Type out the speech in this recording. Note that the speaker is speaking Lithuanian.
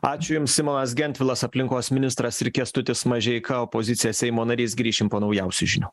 ačiū jums simonas gentvilas aplinkos ministras kęstutis mažeika opozicija seimo narys grįšim po naujausių žinių